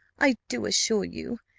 i do assure you,